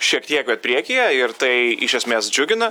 šiek tiek bet priekyje ir tai iš esmės džiugina